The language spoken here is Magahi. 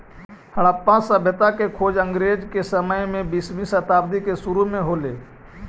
हड़प्पा सभ्यता के खोज अंग्रेज के समय में बीसवीं शताब्दी के सुरु में हो ले